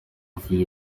avuye